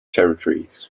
territories